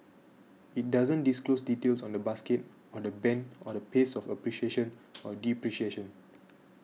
it doesn't disclose details on the basket or the band or the pace of appreciation or depreciation